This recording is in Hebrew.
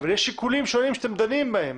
אבל יש שיקולים שונים שאתה דנים בהם.